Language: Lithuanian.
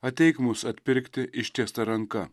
ateik mūs atpirkti ištiesta ranka